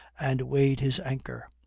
and weighed his anchor.